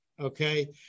Okay